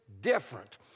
different